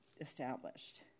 established